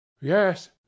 Yes